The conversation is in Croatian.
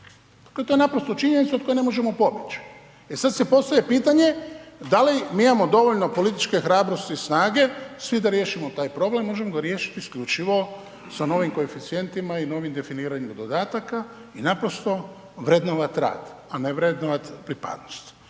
To je naprosto činjenica od koje ne možemo pobjeći. E sad se postavlja pitanje da li mi imamo dovoljno političke hrabrosti i snage svi da riješimo taj problem, možemo ga riješiti isključivo sa novim koeficijentima i novim definiranjem dodataka i naprosto vrednovati rad a ne vrednovati pripadnost.